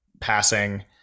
passing